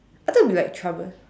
I thought it would be like troublesome